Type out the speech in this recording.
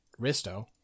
Risto